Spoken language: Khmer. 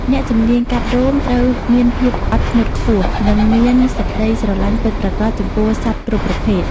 អ្នកជំនាញកាត់រោម ត្រូវមានភាពអត់ធ្មត់ខ្ពស់ និងមានសេចក្តីស្រឡាញ់ពិតប្រាកដចំពោះសត្វគ្រប់ប្រភេទ។